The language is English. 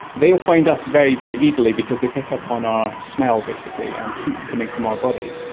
they will find us very, very easily because they pick up on our smell basically and heat coming from our body.